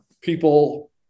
people